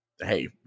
hey